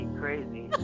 crazy